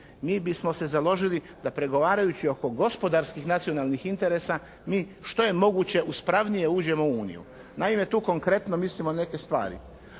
Mi bismo se založili da pregovarajući oko gospodarskih nacionalnih interesa mi što je moguće uspravnije uđemo u Uniju. Naime, tu konkretno mislimo na neke stvari.